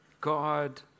God